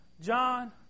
John